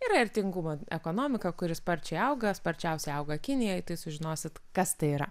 yra ir tingumo ekonomika kuri sparčiai auga sparčiausiai auga kinijoj tai sužinosit kas tai yra